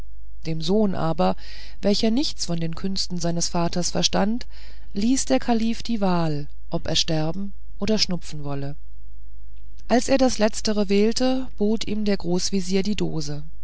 dem sohn aber welcher nichts von den künsten des vaters verstand ließ der kalif die wahl ob er sterben oder schnupfen wolle als er das letztere wählte bot ihm der großvezier die dose